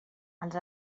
els